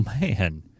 man